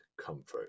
comfort